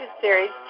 Series